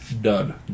Done